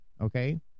Okay